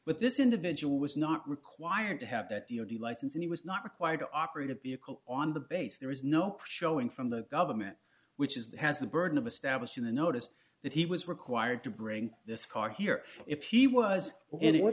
but this individual was not required to have that d o t license and he was not required to operate a vehicle on the base there is no proof showing from the government which is has the burden of a stab in the noticed that he was required to bring this car here if he was and what